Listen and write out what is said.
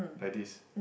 like this